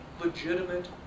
legitimate